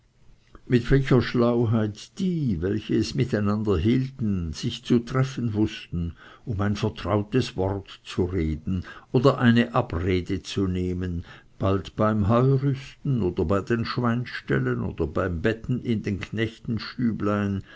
mit welcher schlauheit die welche es mit einander hielten sich zu treffen wußten um ein vertrautes wort zu reden oder eine abrede zu nehmen bald beim heurüsten oder bei den schweinställen oder beim betten in dem